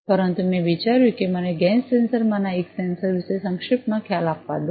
પરંતુ મેં વિચાર્યું કે મને ગેસ સેન્સરમાંના એક સેન્સર વિશે સંક્ષિપ્તમાં ખ્યાલ આપવા દો